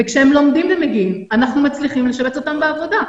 וכשהם לומדים ומגיעים אנחנו מצליחים לשבץ אותם בעבודה.